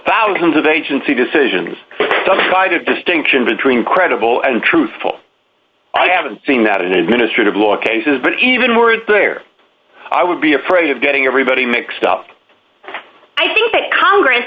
thousands of agency decisions the side of distinction between credible and truthful i haven't seen that in administrative law cases but even there i would be afraid of getting everybody mixed up i think that congress